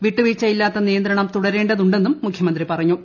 വിട്ടുവീഴ്ചയില്ലാത്ത നിയന്ത്രണം തുടരുടെട്ടതുണ്ടെന്നും മുഖ്യമന്ത്രി പറഞ്ഞു